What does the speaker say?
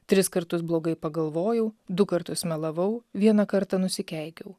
tris kartus blogai pagalvojau du kartus melavau vieną kartą nusikeikiau